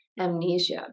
amnesia